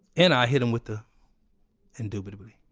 and i hit them with the indubitably.